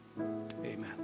amen